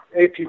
AP